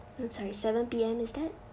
mm sorry seven P_M instead